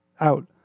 out